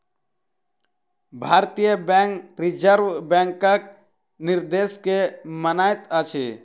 भारतीय bank reserve बैंकक निर्देश के मानैत अछि